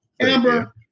Amber